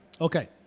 Okay